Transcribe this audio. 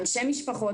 אנשי משפחה,